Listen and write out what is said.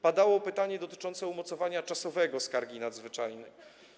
Padało pytanie dotyczące umocowania czasowego skargi nadzwyczajnej.